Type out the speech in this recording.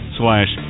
slash